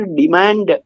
demand